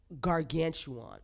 gargantuan